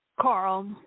Carl